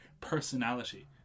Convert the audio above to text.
personality